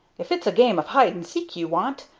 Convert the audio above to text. if it's a game of hide-and-seek ye want,